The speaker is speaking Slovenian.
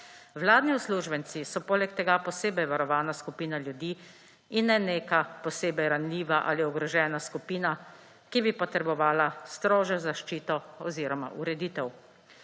Vladni uslužbenci so poleg tega posebej varovana skupina ljudi in ne neka posebej ranljiva ali ogrožena skupina, ki bi potrebovala strožjo zaščito oziroma ureditev.